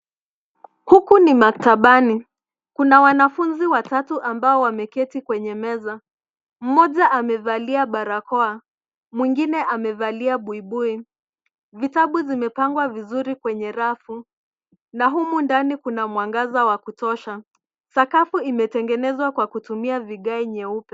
Huku ni maktabani. Kuna wanafunzi watatu ambao wameketi kwenye meza. Mmoja amevalia barakoa, mwingine amevalia buibui. Vitabu zimepangwa vizuri kwenye rafu na humu ndani kuna mwangaza wa kutosha. Sakafu imetengenenzwa kwa kutumia vigae nyeupe.